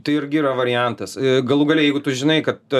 tai irgi yra variantas galų gale jeigu tu žinai kad